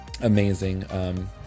amazing